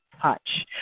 touch